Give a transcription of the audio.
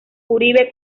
uribe